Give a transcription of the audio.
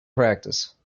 practice